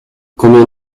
combien